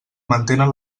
mantenen